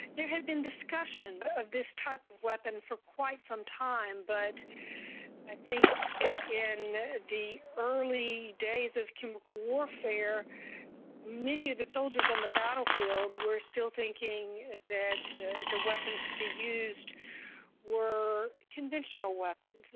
there had been discussion of this type of weapon for quite some time, but i think that in the early days of chemical warfare many of the soldiers on the battlefield were still thinking that the weapons to be used were conventional weapons.